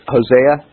Hosea